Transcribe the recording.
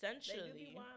essentially